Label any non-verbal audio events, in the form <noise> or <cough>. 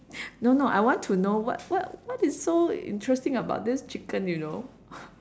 no no I want to know what what what is so interesting about this chicken you know <laughs>